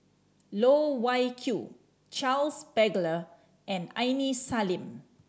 Loh Wai Kiew Charles Paglar and Aini Salim